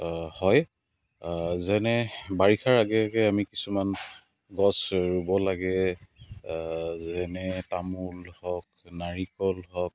হয় যেনে বাৰিষাৰ আগে আগে আমি কিছুমান গছ ৰুব লাগে যেনে তামোল হওক নাৰিকল হওক